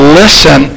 listen